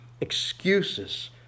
Excuses